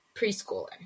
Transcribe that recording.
preschooler